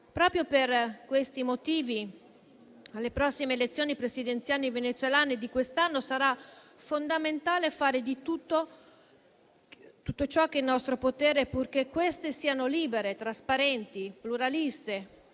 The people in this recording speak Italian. Proprio per questi motivi, alle prossime elezioni presidenziali venezuelane di quest'anno sarà fondamentale fare tutto ciò che è in nostro potere perché siano libere, trasparenti e pluraliste,